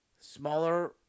Smaller